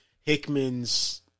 Hickman's